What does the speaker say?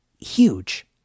huge